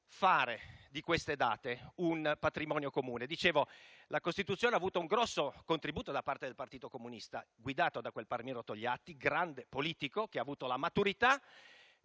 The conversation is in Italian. fare di queste date un patrimonio comune. Come dicevo, la Costituzione ha avuto un grosso contributo da parte del Partito Comunista, guidato da quel Palmiro Togliatti, grande politico, che ha avuto la maturità